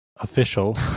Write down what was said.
official